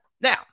Now